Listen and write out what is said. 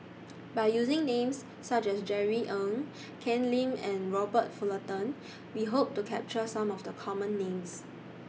By using Names such as Jerry Ng Ken Lim and Robert Fullerton We Hope to capture Some of The Common Names